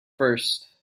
first